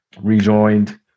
rejoined